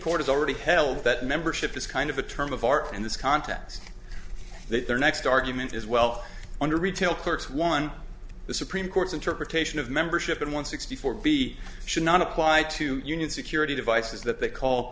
court has already held that membership is kind of a term of art in this context that the next argument is well under retail clerks one the supreme court's interpretation of membership in one sixty four b should not apply to union security devices that they call